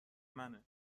منه